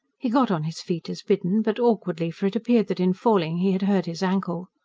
he got on his feet as bidden but awkwardly, for it appeared that in falling he had hurt his ankle.